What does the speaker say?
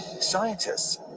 scientists